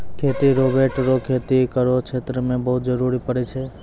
खेती रोवेट रो खेती करो क्षेत्र मे बहुते जरुरी पड़ै छै